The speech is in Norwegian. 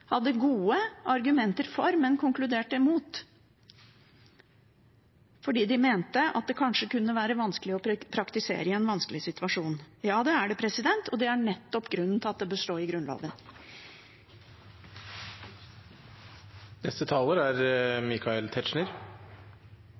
hadde gode argumenter for, men konkluderte imot, fordi de mente at det kanskje kunne være vanskelig å praktisere i en vanskelig situasjon. Ja, det er det, og det er nettopp grunnen til at det bør stå i Grunnloven.